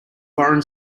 foreign